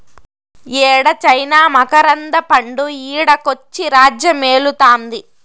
యేడ చైనా మకరంద పండు ఈడకొచ్చి రాజ్యమేలుతాంది